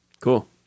cool